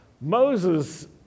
Moses